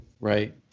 Right